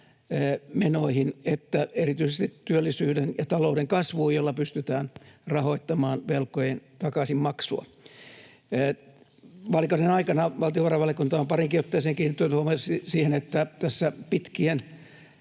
menoihin että erityisesti työllisyyden ja talouden kasvuun, jolla pystytään rahoittamaan velkojen takaisinmaksua. Vaalikauden aikana valtiovarainvaliokunta on pariinkin otteeseen kiinnittänyt huomiota siihen, että tässä pitkien,